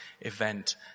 event